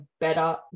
better